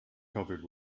covered